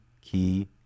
key